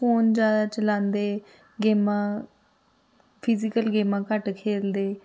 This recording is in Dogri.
फोन ज्यादा चलांदे गेमां फिजीकल गेमां घट्ट खेलदे